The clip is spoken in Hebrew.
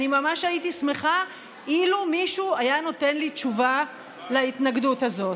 אני ממש הייתי שמחה אילו מישהו היה נותן לי תשובה להתנגדות הזאת.